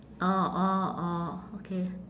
orh orh orh okay